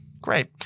Great